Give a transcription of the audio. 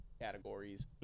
categories